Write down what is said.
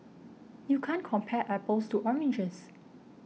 you can't compare apples to oranges